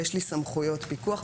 יש לי סמכויות פיקוח,